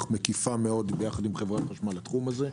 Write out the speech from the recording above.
מקיפה מאוד ביחד עם חברת החשמל לתחום הזה.